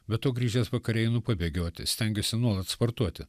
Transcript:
be to grįžęs vakare einu pabėgioti stengiuosi nuolat sportuoti